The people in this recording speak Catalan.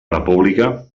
república